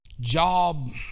job